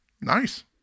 Nice